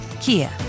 Kia